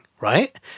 Right